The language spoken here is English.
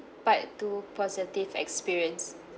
part two positive experience